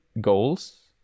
goals